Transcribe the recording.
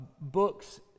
books